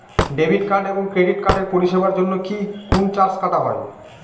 Debit card এবং credit কার্ডের পরিষেবার জন্য কি কোন চার্জ কাটা হয়?